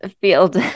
field